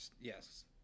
Yes